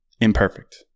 Imperfect